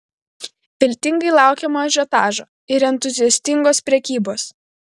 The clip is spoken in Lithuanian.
viltingai laukiama ažiotažo ir entuziastingos prekybos